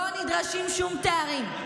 לא נדרשים שום תארים.